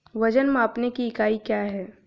वजन मापने की इकाई क्या है?